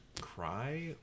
Cry